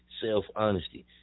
self-honesty